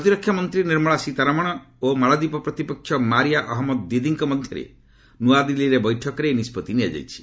ପ୍ରତିରକ୍ଷା ମନ୍ତ୍ରୀ ନୀର୍ମଳା ସୀତାରମଣ ଓ ମାଳଦ୍ୱୀପ ପ୍ରତିପକ୍ଷ ମାରିଆ ଅହନ୍ମଦ ଦିଦିଙ୍କ ମଧ୍ୟରେ ନ୍ତଆଦିଲ୍ଲୀ ବୈଠକରେ ଏହି ନିଷ୍ପଭି ନିଆଯାଇଛି